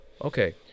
Okay